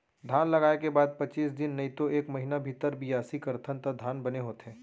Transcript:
धान लगाय के बाद पचीस दिन नइतो एक महिना भीतर बियासी करथन त धान बने होथे